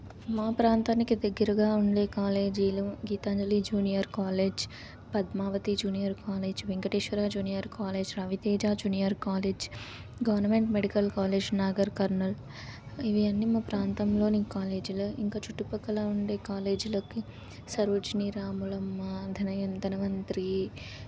మా ప్రాంతానికి దగ్గరగా ఉండే కాలేజీలు Geetanjali junior college Padmavathi junior college Venkateshwara junior college Raviteja junior college government medical college Nagar Kurnool ఇవి అన్నీ మా ప్రాంతంలోని కాలేజీలు ఇంకా చుట్టు ప్రక్కల ఉండే కాలేజీలకి సరోజినీ రాములమ్మ ధనయంత్ ధన్వంతరీ